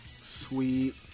Sweet